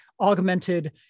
augmented